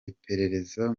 iperereza